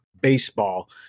baseball